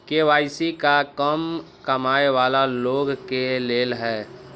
KYC का कम कमाये वाला लोग के लेल है?